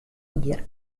jier